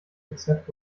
except